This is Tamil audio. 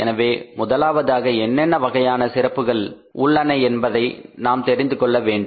எனவே முதலாவதாக என்னென்ன வகையான சரக்கிருப்புகள் உள்ளன என்பதை நாம் தெரிந்து கொள்ள வேண்டும்